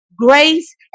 grace